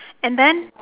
and then